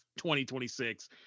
2026